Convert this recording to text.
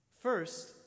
First